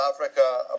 Africa